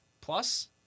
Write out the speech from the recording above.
Plus